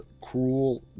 cruel